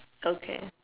okay